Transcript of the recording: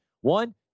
One